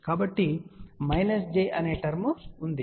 కాబట్టి minus j అనే term ఉంది